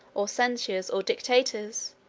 or censors, or dictators,